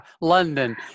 London